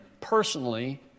personally